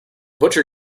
butcher